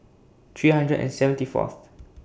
three hundred and seventy Fourth